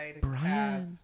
Brian